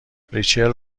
ریچل